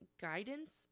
guidance